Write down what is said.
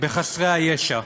בחסרי ישע,